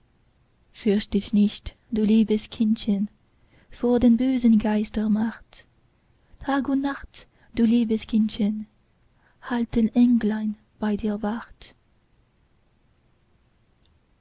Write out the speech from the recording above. fürcht dich nicht du liebes kindchen vor der bösen geister macht tag und nacht du liebes kindchen halten englein bei dir wacht